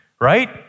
right